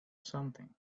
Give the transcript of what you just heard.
something